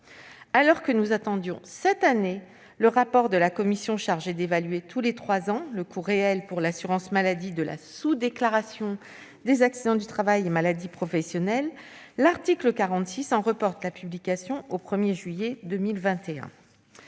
Alors que nous attendions, cette année, le rapport de la commission chargée d'évaluer tous les trois ans le coût réel pour l'assurance maladie de la sous-déclaration des AT-MP, l'article 46 en reporte la publication au 1 juillet 2021.